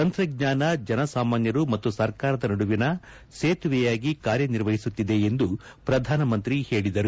ತಂತ್ರಜ್ಞಾನ ಜನಸಾಮಾನ್ಯರು ಮತ್ತು ಸರ್ಕಾರದ ನಡುವಿನ ಸೇತುವೆಯಾಗಿ ಕಾರ್ಯನಿರ್ವಹಿಸುತ್ತಿದೆ ಎಂದು ಪ್ರಧಾನಮಂತ್ರಿ ಹೇಳಿದರು